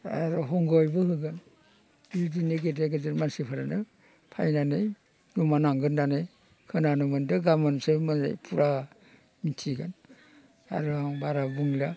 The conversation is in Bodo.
आरो जामयैबो होगोन बिदिनो गेदेर गेदेर मानसिफोरानो फैनानै गोमोनांगोन होननानै खोनानो मोनदों गाबोनसो मोजांयै फुरा मिथिगोन आरो आं बारा बुंलिया